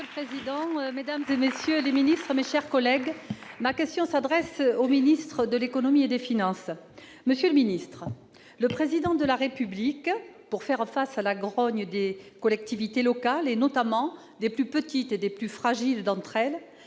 Monsieur le président, mesdames, messieurs les ministres, mes chers collègues, ma question s'adresse au ministre de l'économie et des finances. Monsieur le ministre, pour faire face à la grogne des collectivités locales, notamment des plus petites et des plus fragiles d'entre elles,